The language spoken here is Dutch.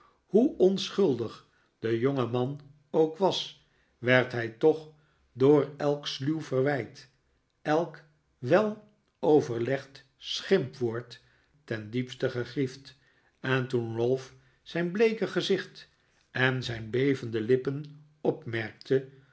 hoe onschuldig de jongeman ook was werd hij toch door elk sluw verwijt elk wel overlegd schimpwoord ten diepste gegriefd en toen ralph zijn bleeke gezicht en zijn bevende lippen opmerkte